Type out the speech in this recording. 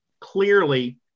clearly